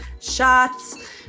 Shots